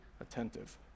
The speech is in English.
attentive